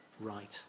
right